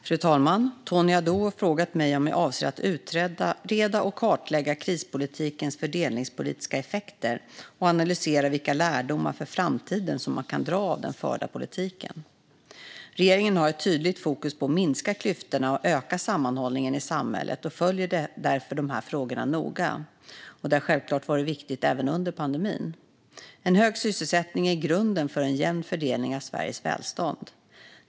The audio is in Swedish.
Fru talman! Tony Haddou har frågat mig om jag avser att utreda och kartlägga krispolitikens fördelningspolitiska effekter och analysera vilka lärdomar för framtiden som man kan dra av den förda politiken. Regeringen har ett tydligt fokus på att minska klyftorna och öka sammanhållningen i samhället och följer därför dessa frågor noga. Detta har självklart varit viktigt även under pandemin. En hög sysselsättning är grunden för en jämn fördelning av Sveriges välstånd.